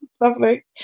lovely